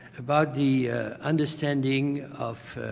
about the understanding of